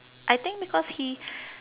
I think because he